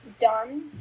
done